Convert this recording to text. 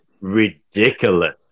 ridiculous